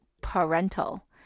parental